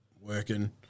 working